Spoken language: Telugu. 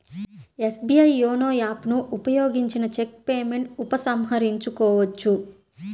ఎస్బీఐ యోనో యాప్ ను ఉపయోగించిన చెక్ పేమెంట్ ఉపసంహరించుకోవచ్చు